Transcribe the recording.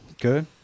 Good